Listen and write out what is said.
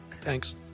Thanks